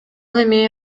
эми